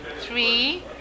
three